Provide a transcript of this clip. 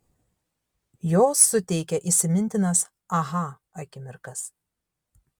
jos suteikia įsimintinas aha akimirkas